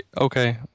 okay